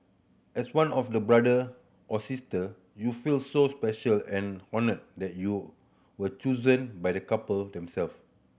as one of the Brother or Sister you feel so special and honoured that you were chosen by the couple them self